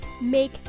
make